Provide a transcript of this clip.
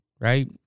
right